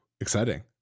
exciting